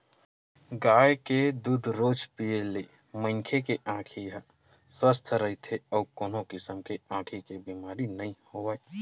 गाय के दूद रोज पीए ले मनखे के आँखी ह सुवस्थ रहिथे अउ कोनो किसम के आँखी के बेमारी नइ होवय